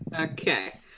Okay